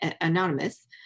anonymous